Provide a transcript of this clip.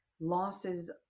losses